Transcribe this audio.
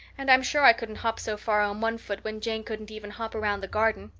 and i'm sure i couldn't hop so far on one foot when jane couldn't even hop around the garden.